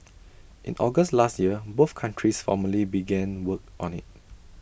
in August last year both countries formally began work on IT